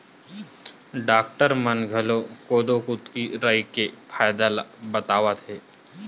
doctor मन घलोक कोदो, कुटकी, राई के फायदा ल बतावत हे